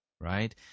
Right